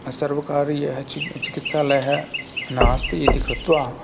सर्वकारीयः चिकित्सालयः नास्ति इति कृत्वा